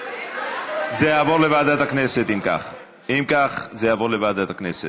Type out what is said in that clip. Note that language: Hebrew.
אם כך, זה יעבור לוועדת הכנסת.